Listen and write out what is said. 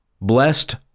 Blessed